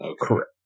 correct